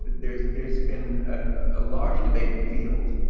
there's there's been a large debate in the field,